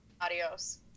adios